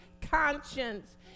conscience